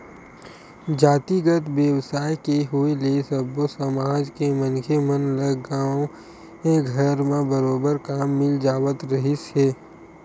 जातिगत बेवसाय के होय ले सब्बो समाज के मनखे मन ल गाँवे घर म बरोबर काम मिल जावत रिहिस हे